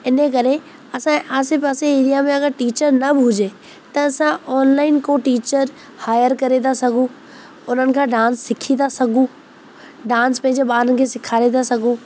इन ई करे असांजे आसे पासे एरिया में अगरि टीचर न बि हुजे त असां ऑनलाइन खो टीचर हायर करे था सघूं उन्हनि खां डांस सिखी था सघूं डांस पंहिंजे ॿारनि खे सेखारे था सघूं